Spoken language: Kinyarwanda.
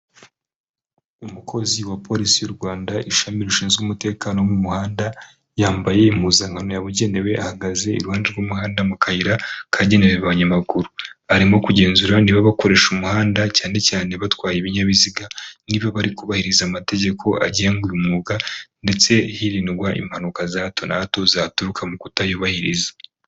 Umukozi wa polisi y'u Rwanda ishami rishinzwe umutekano wo mu muhanda, yambaye impuzankano yabugenewe ahagaze iruhande rw'umuhanda mu kayira kagenewe abanyamaguru. Arimo kugenzura niba bakoresha umuhanda cyane cyane batwaye ibinyabiziga, niba bari kubahiriza amategeko agenga uyu mwuga ndetse hirindwa impanuka za hato na hato zaturuka mu kutayubahiriza.